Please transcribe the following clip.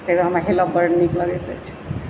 ताहि दुआरे हमरा हेलऽ बड़ नीक लगैत अछि